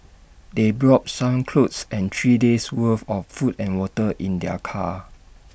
they brought some clothes and three days' worth of food and water in their car